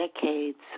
decades